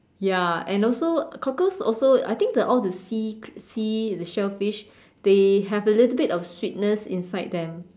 ya and also cockles also I think the all the sea sea the shellfish they have a little bit of sweetness inside them